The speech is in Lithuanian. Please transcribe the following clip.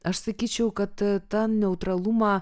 aš sakyčiau kad tą neutralumą